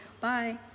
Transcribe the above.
Bye